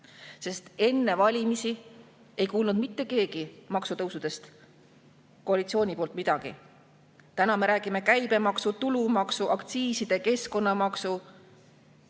Sest enne valimisi ei kuulnud mitte keegi maksude tõstmisest koalitsiooni poolt. Täna me räägime käibemaksu, tulumaksu, aktsiiside, keskkonnamaksu,